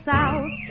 South